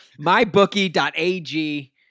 mybookie.ag